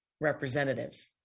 representatives